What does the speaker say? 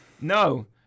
No